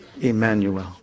Emmanuel